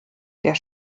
der